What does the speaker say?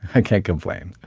i can't complain.